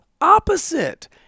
opposite